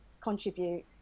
contribute